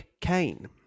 Kane